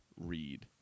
read